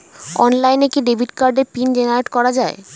অনলাইনে কি ডেবিট কার্ডের পিন জেনারেট করা যায়?